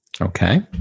Okay